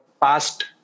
past